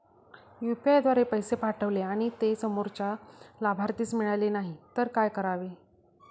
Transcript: UPI द्वारे पैसे पाठवले आणि ते समोरच्या लाभार्थीस मिळाले नाही तर काय करावे?